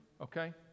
okay